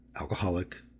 alcoholic